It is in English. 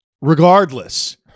Regardless